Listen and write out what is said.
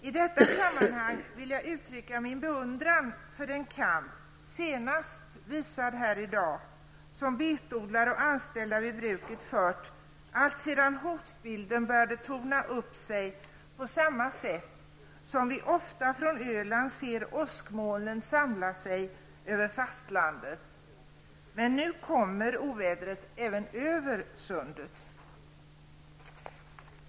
I detta sammanhang vill jag uttrycka min beundran för den kamp, senast manifesterad här i dag, som betodlare och anställda vid bruket fört alltsedan hoten började torna upp sig på samma sätt som åskmolnen från Ölands horisont ofta samlar sig över fastlandet -- men nu kommer ovädret även över sundet.